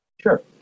Sure